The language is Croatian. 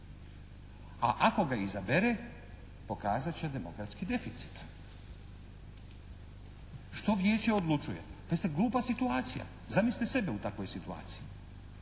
a ako ga izabere pokazat će demokratski deficit. Što Vijeće odlučuje? Pazite glupa situacija. Zamislite sebe u takvoj situaciji.